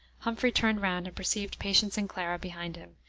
humphrey turned round and perceived patience and clara behind him,